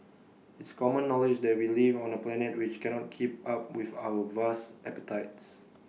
it's common knowledge that we live on A planet which cannot keep up with our vast appetites